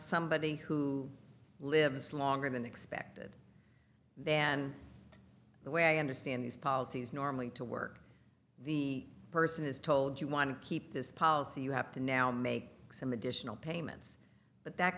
somebody who lives longer than expected then the way i understand these policies normally to work the person is told you want to keep this policy you have to now make some additional payments but that